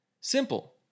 Simple